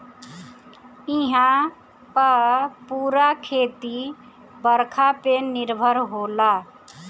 इहां पअ पूरा खेती बरखा पे निर्भर होला